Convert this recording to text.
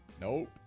Nope